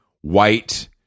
white